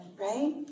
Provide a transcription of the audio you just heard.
Right